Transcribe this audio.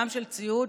גם של ציוד,